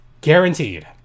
guaranteed